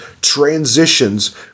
transitions